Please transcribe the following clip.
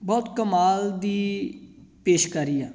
ਬਹੁਤ ਕਮਾਲ ਦੀ ਪੇਸ਼ਕਾਰੀ ਆ